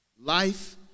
Life